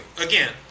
Again